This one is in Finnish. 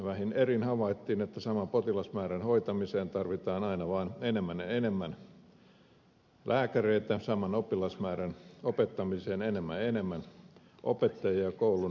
vähin erin havaittiin että saman potilasmäärän hoitamiseen tarvitaan aina vaan enemmän ja enemmän lääkäreitä saman oppilasmäärän opettamiseen enemmän ja enemmän opettajia ja koulun hallintohenkilöitä